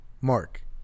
Mark